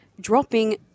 dropping